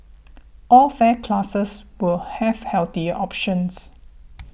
all fare classes will have healthier options